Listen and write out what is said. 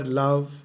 love